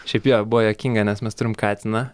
šiaip jo buvo juokinga nes mes turim katiną